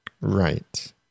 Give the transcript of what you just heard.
Right